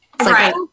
Right